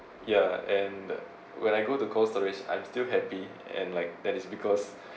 yeah and the when I go to cold storage I'm still happy and like that is because